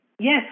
yes